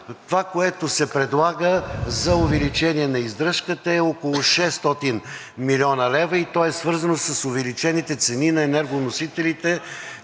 Това, което се предлага за увеличение на издръжката, е около 600 млн. лв., и то е свързано с увеличените цени на енергоносителите,